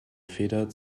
feder